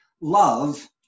love